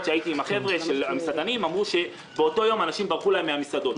שלי עם המסעדנים הם אמרו שבאותו יום אנשים ברחו להם מן המסעדות.